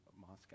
Moscow